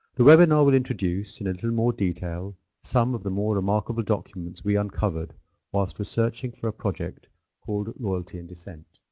the webinar will introduce in a little more detail some of the more remarkable documents we uncovered whilst researching for a project called loyalty and dissent.